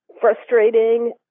frustrating